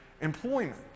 employment